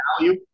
value